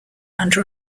under